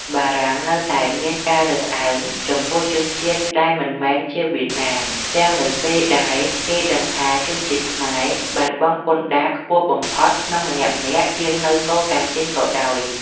ពួកបារាំងនៅតែមានការរើសអើងចំពោះជនជាតិដែលមិនមែនជាវៀតណាម ទាំងនៅពេលដែលគេដឹងថាជនជាតិខ្មែរបានបង់ពន្ធដារខ្ពស់បំផុតក្នុងម្នាក់ៗជាងនៅកូសាំងស៊ីនក៏ដោយ។